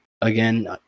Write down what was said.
Again